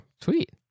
sweet